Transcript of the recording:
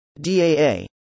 DAA